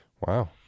Wow